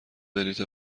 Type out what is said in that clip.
بلیط